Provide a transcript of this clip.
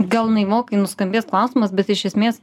gal naivokai nuskambės klausimas bet iš esmės